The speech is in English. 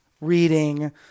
reading